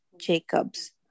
Jacobs